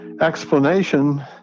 explanation